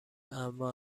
اما